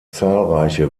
zahlreiche